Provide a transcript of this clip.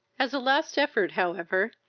as a last effort, however,